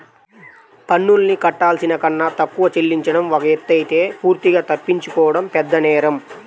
పన్నుల్ని కట్టాల్సిన కన్నా తక్కువ చెల్లించడం ఒక ఎత్తయితే పూర్తిగా తప్పించుకోవడం పెద్దనేరం